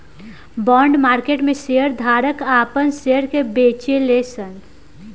bond market में share धारक आपन शेयर के बेचेले सन